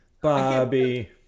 Bobby